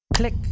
click